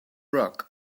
rug